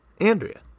Andrea